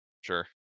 sure